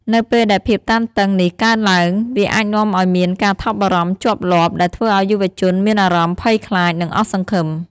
នៅពេលដែលភាពតានតឹងនេះកើនឡើង វាអាចនាំឱ្យមាន ការថប់បារម្ភជាប់លាប់ ដែលធ្វើឱ្យយុវជនមានអារម្មណ៍ភ័យខ្លាច និងអស់សង្ឃឹម។